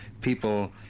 people